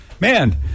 Man